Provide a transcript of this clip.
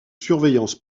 surveillance